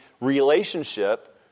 relationship